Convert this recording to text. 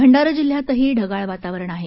भ्ंडारा जिल्ह्यातही ढगाळ वातावरण आहे